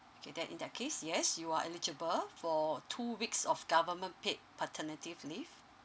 okay then in that case yes you are eligible for two weeks of government paid paternity leave